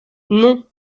non